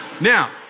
now